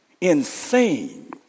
insane